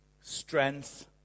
strength